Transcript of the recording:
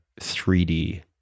3D